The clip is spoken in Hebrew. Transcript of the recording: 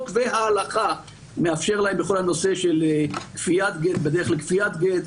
וההלכה מאפשרים להם בכל הנושא של כפיית גט והדרך לכפיית גט,